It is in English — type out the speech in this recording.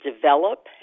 develop